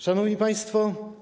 Szanowni Państwo!